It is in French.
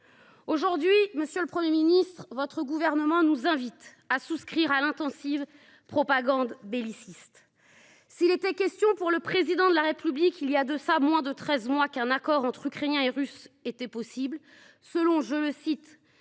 Aujourd’hui, monsieur le Premier ministre, votre gouvernement nous invite à souscrire à l’intensive propagande belliciste. Si le Président de la République estimait, il y a de cela moins de treize mois, qu’un accord entre Ukrainiens et Russes était possible selon, je le cite,